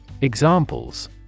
Examples